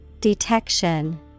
Detection